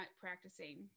practicing